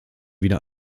wieder